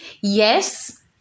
yes